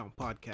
Podcast